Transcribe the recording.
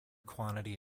quantity